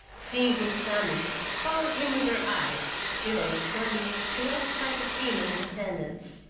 seeing him coming, followed him with her eyes, till on a sudden she lost sight of him and his attendants.